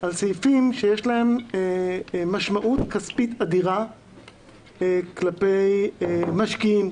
על סעיפים שיש להם משמעות כספית אדירה כלפי משקיעים,